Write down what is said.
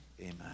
Amen